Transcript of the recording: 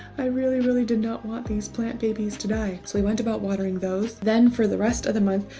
i really, really did not want these plant babies to die. so we went about watering those, then for the rest of the month,